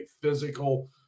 physical